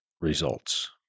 results